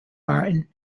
martin